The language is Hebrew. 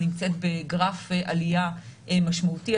בגרף עלייה משמעותי.